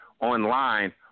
online